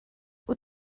wyt